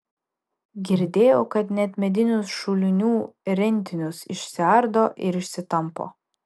girdėjau kad net medinius šulinių rentinius išsiardo ir išsitampo